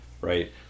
right